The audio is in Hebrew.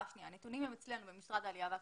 הנתונים הם אצלנו במשרד העלייה והקליטה.